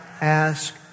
ask